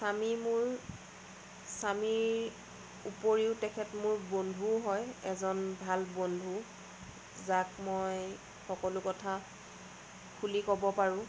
স্বামী মোৰ স্বামীৰ উপৰিও তেখেত মোৰ বন্ধুও হয় এজন ভাল বন্ধু যাক মই সকলো কথা খুলি ক'ব পাৰোঁ